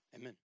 Amen